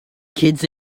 kids